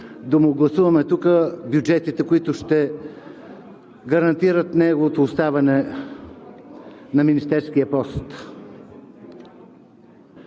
му гласуваме тук бюджетите, които ще гарантират неговото оставане на министерския пост.